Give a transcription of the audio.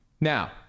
Now